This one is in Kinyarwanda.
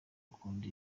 ukunda